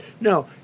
no